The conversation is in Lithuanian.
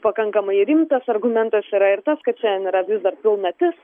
pakankamai rimtas argumentas yra ir tas kad šiandien yra vis dar pilnatis